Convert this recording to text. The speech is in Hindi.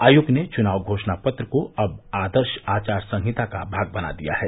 आयोग ने चुनाव घोषणा पत्र को अब आदर्श आचार संहिता का भाग बना दिया है